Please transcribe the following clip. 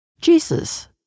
Jesus